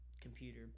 computer